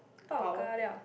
pao-ka-liao